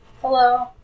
Hello